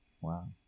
Wow